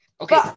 Okay